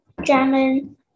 German